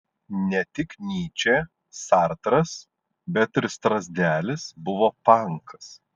ne tik nyčė sartras bet ir strazdelis buvo pankas